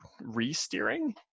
re-steering